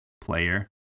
player